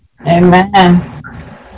Amen